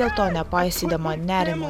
dėl to nepaisydama nerimo